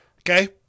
Okay